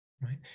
right